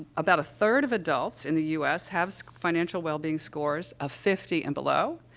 about a third of adults in the u s. have financial wellbeing scores of fifty and below,